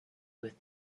with